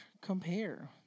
compare